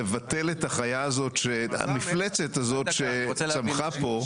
לבטל את החיה הזאת, את המפלצת הזאת שצמחה פה.